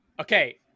Okay